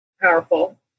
powerful